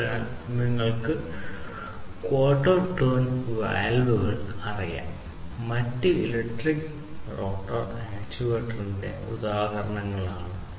അതിനാൽ നിങ്ങൾക്ക് quarter turn വാൽവുകൾ അറിയാം മറ്റ് ഇലക്ട്രിക് മോട്ടോറുകൾ ഇലക്ട്രിക് റോട്ടർ ആക്യുവേറ്ററിന്റെ ഉദാഹരണങ്ങളാണ്